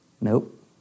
Nope